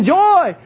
joy